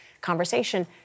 conversation